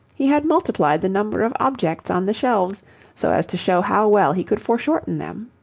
he had multiplied the number of objects on the shelves so as to show how well he could foreshorten them.